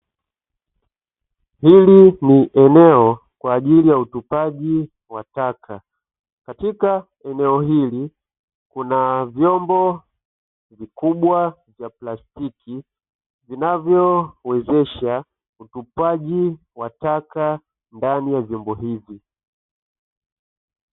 Hili ni eneo kwa ajili ya utupaji wa taka. Katika eneo hili, kuna vyombo vikubwa vya plastiki vinavyowezesha utupaji wa taka ndani ya vyombo hivi.